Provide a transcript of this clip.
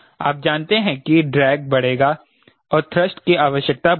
आप जानते हैं कि ड्रैग बढ़ेगा और थ्रस्ट की आवश्यकता बढ़ेगी